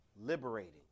liberating